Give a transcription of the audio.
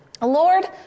Lord